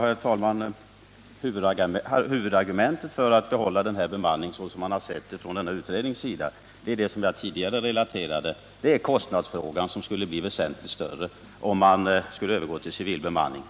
Herr talman! Huvudargumentet för att behålla den här bemanningen, såsom utredningen har sett på det hela, är kostnadsfrågan, vilket jag tidigare relaterat. Kostnaderna skulle bli väsentligt högre om man skulle övergå till civil bemanning.